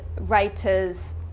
writers